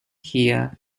here